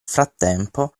frattempo